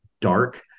dark